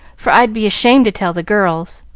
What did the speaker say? for i'd be ashamed to tell the girls.